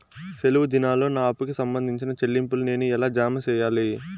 సెలవు దినాల్లో నా అప్పుకి సంబంధించిన చెల్లింపులు నేను ఎలా జామ సెయ్యాలి?